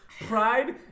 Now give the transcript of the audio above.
pride